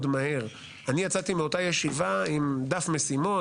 יצאתי מאותה ישיבה עם דף משימות,